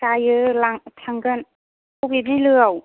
जायो लां थांगोन बबे बिलोयाव